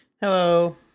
Hello